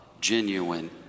genuine